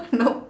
nope